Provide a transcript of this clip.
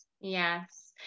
yes